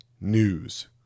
news